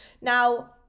Now